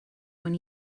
when